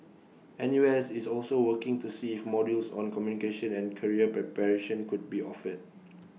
N U S is also working to see if modules on communication and career preparation could be offered